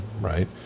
right